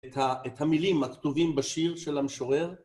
את ה... את המילים הכתובים בשיר של המשורר